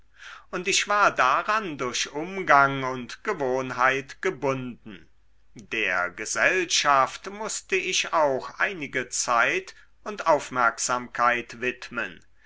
und ich war daran durch umgang und gewohnheit gebunden der gesellschaft mußte ich auch einige zeit und aufmerksamkeit widmen